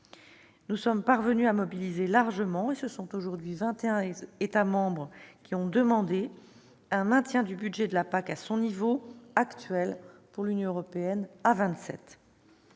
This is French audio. Nous sommes parvenus à mobiliser largement, et ce sont aujourd'hui vingt et un États membres qui demandent le maintien du budget de la PAC à son niveau actuel pour l'Union européenne à